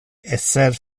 esser